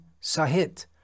sahit